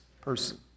person